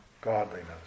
godliness